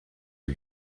are